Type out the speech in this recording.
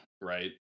Right